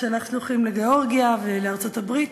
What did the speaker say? ששלח שלוחים לגאורגיה ולארצות-הברית,